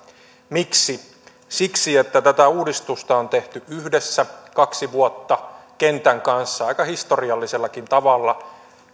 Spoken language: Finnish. miksi siksi että tätä uudistusta on tehty yhdessä kaksi vuotta kentän kanssa aika historiallisellakin tavalla